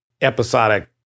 episodic